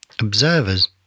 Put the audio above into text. Observers